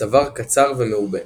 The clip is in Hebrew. צוואר קצר ומעובה